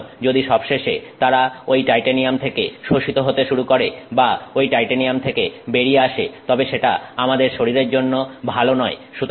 সুতরাং যদি সবশেষে তারা ওই টাইটেনিয়াম থেকে শোষিত হতে শুরু করে বা ওই টাইটেনিয়াম থেকে বেরিয়ে আসে তবে সেটা আমাদের শরীরের জন্য ভালো নয়